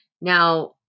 now